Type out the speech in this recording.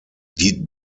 die